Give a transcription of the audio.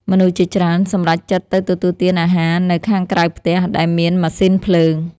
មនុស្សជាច្រើនសម្រេចចិត្តទៅទទួលទានអាហារនៅខាងក្រៅផ្ទះ ដែលមានម៉ាស៊ីនភ្លើង។